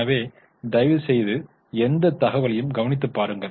எனவே தயவுசெய்து எந்த தகவலையும் கவனித்து பாருங்கள்